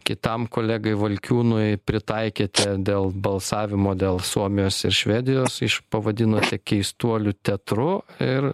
kitam kolegai valkiūnui pritaikėt dėl balsavimo dėl suomijos ir švedijos iš pavadinote keistuolių teatru ir